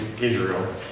Israel